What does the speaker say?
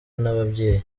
n’ababyeyi